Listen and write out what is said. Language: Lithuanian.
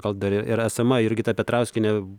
gal dar ir esama jurgita petrauskienė